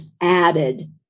added